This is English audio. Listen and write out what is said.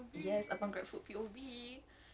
yes abang grabfood P_O_V